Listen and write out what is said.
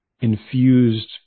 infused